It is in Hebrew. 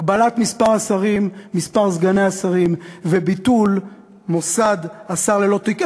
הגבלת מספר השרים ומספר סגני השרים וביטול מוסד השר ללא תיק,